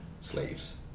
slaves